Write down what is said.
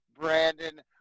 Brandon